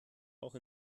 auch